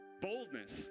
Boldness